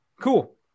Cool